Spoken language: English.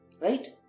Right